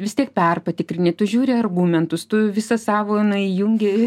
vis tiek perpatikrini tu žiūri argumentus tu visą savo na įjungi